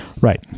Right